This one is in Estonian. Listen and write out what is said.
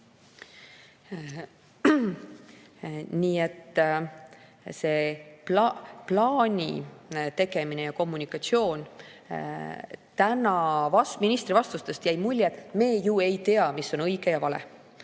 Nii, plaani tegemine ja kommunikatsioon. Täna ministri vastustest jäi mulje, et me ei tea, mis on õige ja mis